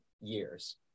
years